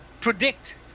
predict